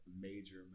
major